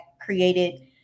created